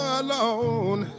alone